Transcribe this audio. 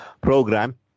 program